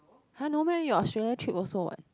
har no meh your Australia trip also what